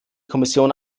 kommission